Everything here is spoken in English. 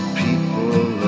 people